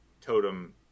totem